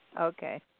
Okay